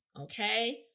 okay